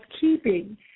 keeping